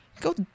go